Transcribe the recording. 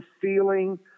feeling